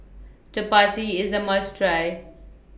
Chapati IS A must Try